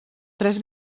tres